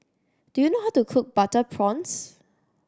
do you know how to cook butter prawns